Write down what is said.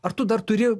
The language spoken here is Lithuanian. ar tu dar turi